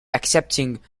accepting